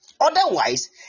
Otherwise